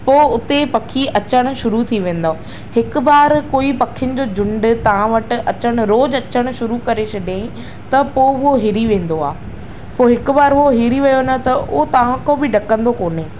पो उते पखी अचण शुरू थी वेंदव हिकु बार कोई पखियुनि जो झुंड तव्हां वटि अचणु रोज़ु अचणु शुरू करे छॾे त पोइ उहे हिरी वेंदो आहे पोइ हिकु बार उहे हिरी वियो त उहे तव्हांखां बि ॾकंदो कोन्हे